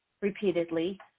repeatedly